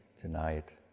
tonight